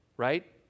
Right